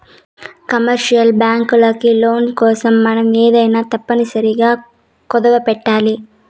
commercial బ్యాంకులకి loan కోసం మనం ఏమైనా తప్పనిసరిగా కుదవపెట్టాలి